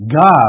God